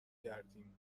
کردیم